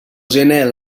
gener